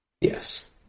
Yes